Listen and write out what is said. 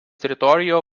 teritorijoje